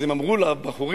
אז הם אמרו לבחורים,